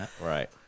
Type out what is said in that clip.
Right